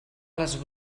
les